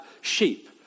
sheep